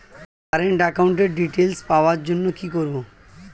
Current একাউন্টের details পাওয়ার জন্য কি করব?